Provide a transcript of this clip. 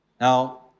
Now